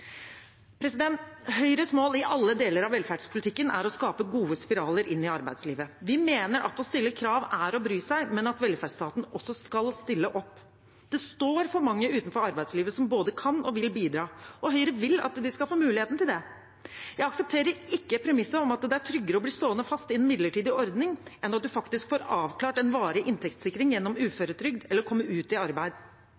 Høyres mål i alle deler av velferdspolitikken er å skape gode spiraler inn i arbeidslivet. Vi mener at å stille krav er å bry seg, men at velferdsstaten også skal stille opp. Det står for mange utenfor arbeidslivet som både kan og vil bidra, og Høyre vil at de skal få muligheten til det. Jeg aksepterer ikke premisset om at det er tryggere å bli stående fast i en midlertidig ordning enn faktisk å få avklart en varig inntektssikring gjennom